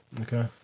Okay